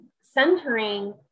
centering